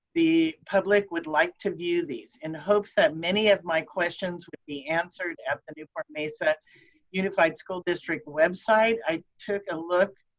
the public would like to view these in hopes that many of my questions would be answered at the newport mesa unified school district website. i took a look,